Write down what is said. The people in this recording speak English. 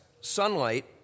sunlight